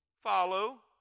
follow